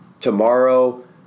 Tomorrow